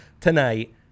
tonight